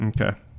Okay